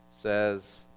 says